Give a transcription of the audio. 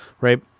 right